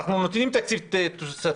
אז אנחנו נותנים תקציב תוספתי.